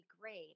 great